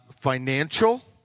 financial